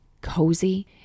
cozy